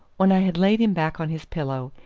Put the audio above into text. when i had laid him back on his pillow,